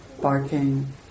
barking